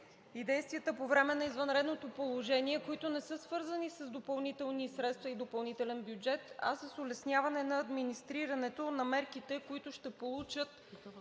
и действията по време на извънредното положение, които не са свързани с допълнителни средства и допълнителен бюджет, а с улесняване на администрирането на мерките, които ще получат